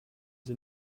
sie